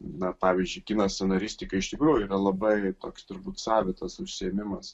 na pavyzdžiui kino scenaristika iš tikrųjų yra labai toks turbūt savitas užsiėmimas